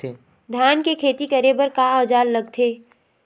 धान के खेती करे बर का औजार लगथे?